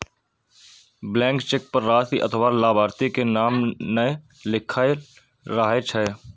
blank cheque पर राशि अथवा लाभार्थी के नाम नै लिखल रहै छै